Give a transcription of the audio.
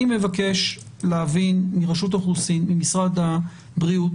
אני מבקש להבין מרשות האוכלוסין, ממשרד הבריאות,